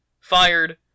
fired